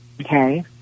Okay